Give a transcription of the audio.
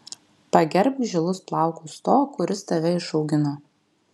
pagerbk žilus plaukus to kuris tave išaugino